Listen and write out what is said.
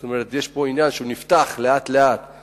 זאת אומרת שיש פה עניין שלאט לאט הוא נפתח.